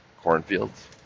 Cornfields